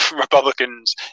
republicans